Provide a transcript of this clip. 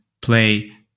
Play